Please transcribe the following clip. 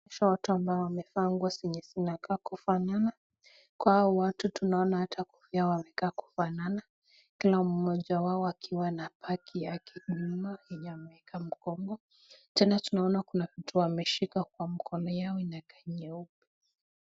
Watu ambao wamevaa nguo zenye zinakaa kufanana kwa hao watu tunaona hata kufanana kila moja wao wakiwa na baki ya kununua nyama tena tunaona Kuna vitu ameshikilia kwa mkono Yao na ni nyeupe.